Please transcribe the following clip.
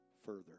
further